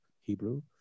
Hebrew